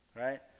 Right